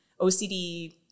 OCD